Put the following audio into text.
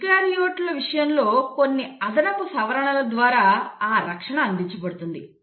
యూకారియోట్ల విషయంలో కొన్ని అదనపు సవరణల ద్వారా ఆ రక్షణ అందించబడుతుంది